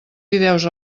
fideus